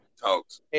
talks